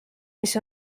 mis